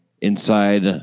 inside